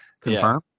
confirm